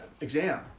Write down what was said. exam